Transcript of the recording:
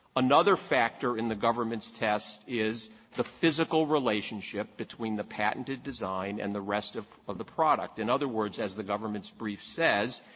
another factor in the government's test is the physical relationship between the patented design and the rest of of the product. in other words, as the government's brief says,